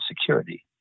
security